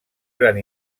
gran